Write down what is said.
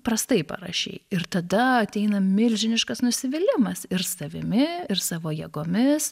prastai parašei ir tada ateina milžiniškas nusivylimas ir savimi ir savo jėgomis